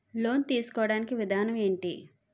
Loan తీసుకోడానికి విధానం ఏంటి?